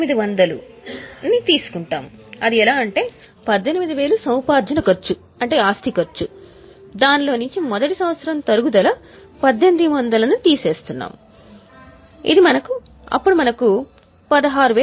1800 అని చెబుతాము అంటే యంత్ర వ్యయం లేదా WDV అని పిలువబడే యంత్రం యొక్క విలువ కూడా తగ్గిపోతుంది ఇది ఇప్పుడు రూ